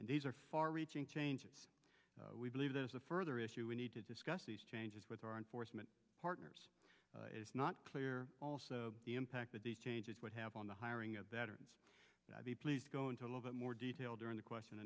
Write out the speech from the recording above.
and these are far reaching changes we believe there's a further issue we need to discuss these changes with our enforcement partners is not clear also the impact that these changes would have on the hiring of veterans please go into a little bit more detail during the question